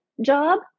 job